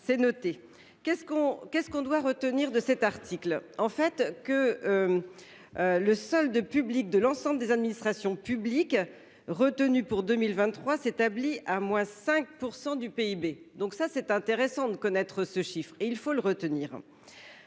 qu'on, qu'est-ce qu'on doit retenir de cet article en fait que. Le seul de public, de l'ensemble des administrations publiques retenu pour 2023 s'établit à moins 5% du PIB. Donc ça c'est intéressant de connaître ce chiffre et il faut le retenir.